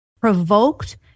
provoked